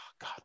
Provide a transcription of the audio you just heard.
God